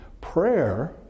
prayer